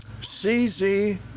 CZ